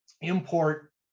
import